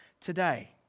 today